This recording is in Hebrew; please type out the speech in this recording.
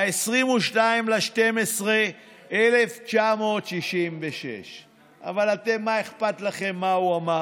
22 בדצמבר 1966. אבל אתם, מה אכפת לכם מה הוא אמר?